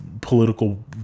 political